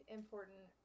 important